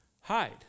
hide